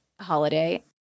holiday